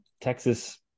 Texas